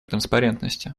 транспарентности